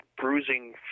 bruising